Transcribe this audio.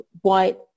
white